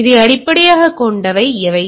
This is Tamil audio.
எனவே இதை அடிப்படையாகக் கொண்டவை என்ன